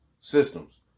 systems